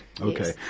Okay